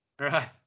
Right